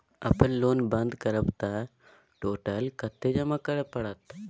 अपन लोन बंद करब त टोटल कत्ते जमा करे परत?